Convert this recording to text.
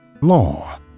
law